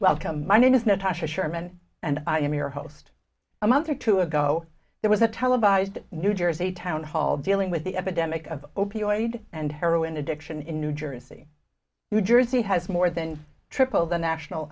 come my name is not a sherman and i am your host a month or two ago there was a televised new jersey town hall dealing with the epidemic of opioid and heroin addiction in new jersey new jersey has more than triple the national